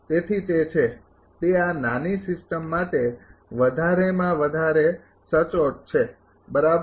તેથી તે છે તે આ નાની સિસ્ટમ માટે વધારેમાં વધારે સચોટ છે બરાબર